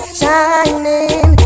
shining